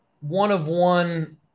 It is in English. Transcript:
one-of-one